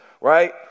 right